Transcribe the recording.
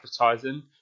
advertising